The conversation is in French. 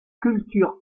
cultures